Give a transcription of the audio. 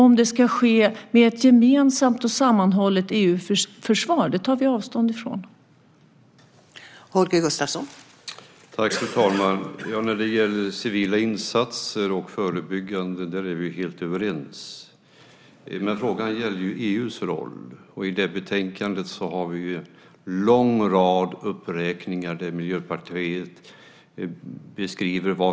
Om det ska ske med ett gemensamt och sammanhållet EU-försvar tar vi avstånd från det.